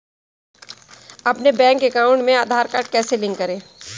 अपने bank account में Aadhaar card कैसे लिंक करें?